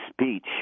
speech